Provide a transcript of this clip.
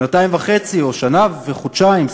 שנתיים וחצי או שנה וחודשיים,